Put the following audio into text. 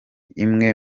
imwe